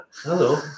Hello